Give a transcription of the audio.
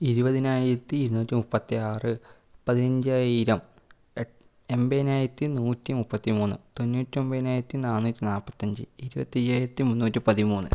ഇരുപതിനായിരത്തി ഇരുന്നൂറ്റി മുപ്പത്തിയാറ് പതിനഞ്ചായിരം എട്ട് എൻപത്തിനായിരത്തി നൂറ്റി മുപ്പത്തി മൂന്ന് തൊണ്ണൂറ്റി ഒൻപതിനായിരത്തി നാന്നൂറ്റി നാൽപ്പത്തി അഞ്ച് ഇരുപത്തി അയ്യായിരത്തി മുന്നൂറ്റി പതിമൂന്ന്